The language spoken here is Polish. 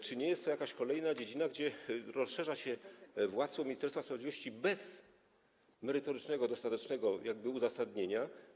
Czy nie jest to jakaś kolejna dziedzina, w której rozszerza się władztwo Ministerstwa Sprawiedliwości bez merytorycznego, dostatecznego uzasadnienia?